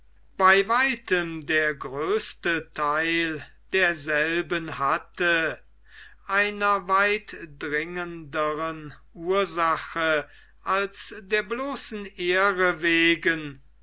bei weitem der größte theil derselben hatte einer weit dringendern ursache als der bloßen ehre wegen